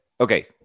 Okay